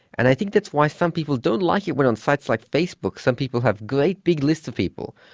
and i think that's why some people don't like it when on sites like facebook some people have great big lists of people,